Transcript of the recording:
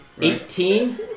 Eighteen